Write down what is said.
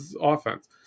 offense